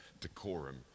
decorum